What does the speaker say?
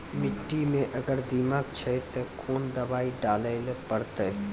मिट्टी मे अगर दीमक छै ते कोंन दवाई डाले ले परतय?